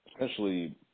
essentially